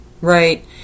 right